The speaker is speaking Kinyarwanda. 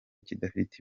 kidafite